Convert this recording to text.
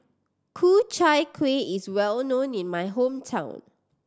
Ku Chai Kuih is well known in my hometown